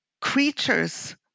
creatures